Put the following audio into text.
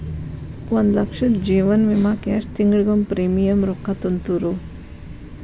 ಒಂದ್ ಲಕ್ಷದ ಜೇವನ ವಿಮಾಕ್ಕ ಎಷ್ಟ ತಿಂಗಳಿಗೊಮ್ಮೆ ಪ್ರೇಮಿಯಂ ರೊಕ್ಕಾ ತುಂತುರು?